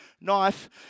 knife